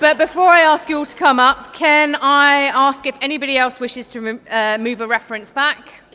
but before i ask you all to come up, can i ask if anybody else wishes to move move a reference back?